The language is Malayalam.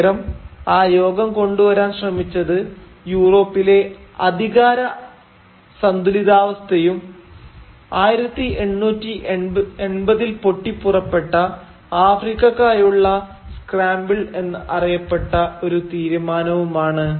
പകരം ആ യോഗം കൊണ്ടു വരാൻ ശ്രമിച്ചത് യൂറോപ്പിലെ അധികാര സന്തുലിതാവസ്ഥയും 1880ൽ പൊട്ടി പുറപ്പെട്ട ആഫ്രിക്കക്കായുള്ള സ്ക്രാമ്പിൾ എന്ന് അറിയപ്പെട്ട ഒരു തീരുമാനവുമാണ്